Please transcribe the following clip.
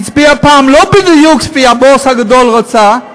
שהצביעה פעם לא בדיוק כפי שהמוח הגדול רצה,